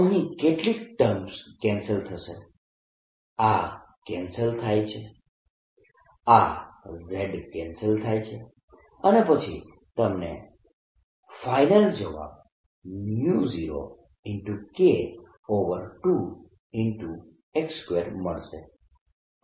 અહીં કેટલીક terms cancel થશે આ કેન્સલ થાય છે આ z કેન્સલ થાય છે અને પછી તમને ફાઇનલ જવાબ 0K2x મળશે